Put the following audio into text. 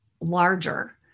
larger